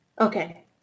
Okay